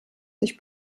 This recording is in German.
sich